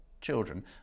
children